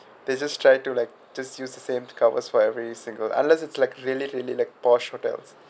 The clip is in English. they just try to like just use the same covers for every single unless it's like really like posh hotels